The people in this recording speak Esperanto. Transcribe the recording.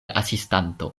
asistanto